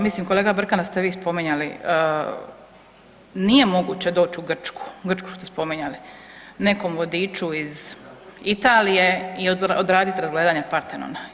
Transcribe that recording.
Mislim kolega Brkan da ste vi spominjali, nije moguće doći u Grčku, Grčku ste spominjali, nekom vodiću iz Italije i odradit razgledanje Partenona.